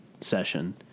session